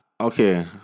Okay